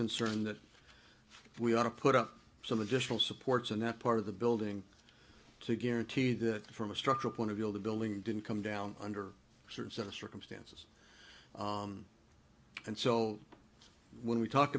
concern that we ought to put up some additional supports in that part of the building to guarantee that from a structural point to build a building didn't come down under a certain set of circumstances and so when we talk